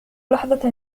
لحظة